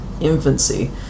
infancy